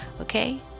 okay